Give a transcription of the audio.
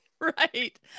Right